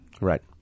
Right